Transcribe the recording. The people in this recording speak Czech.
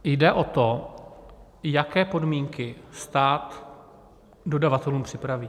Jde o to, jaké podmínky stát dodavatelům připraví.